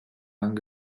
lang